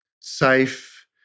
safe